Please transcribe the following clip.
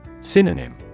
Synonym